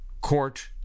court